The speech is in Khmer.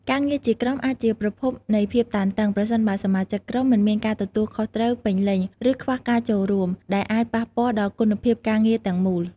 ការងារជាក្រុមអាចជាប្រភពនៃភាពតានតឹង ប្រសិនបើសមាជិកក្រុមមិនមានការទទួលខុសត្រូវពេញលេញ ឬខ្វះការចូលរួម ដែលអាចប៉ះពាល់ដល់គុណភាពការងារទាំងមូល។